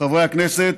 חברי הכנסת,